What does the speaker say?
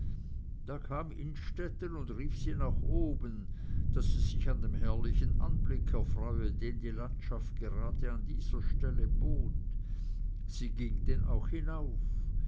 da kam innstetten und rief sie nach oben daß sie sich an dem herrlichen anblick erfreue den die landschaft gerade an dieser stelle bot sie ging dann auch hinauf